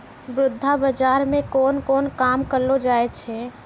मुद्रा बाजार मे कोन कोन काम करलो जाय छै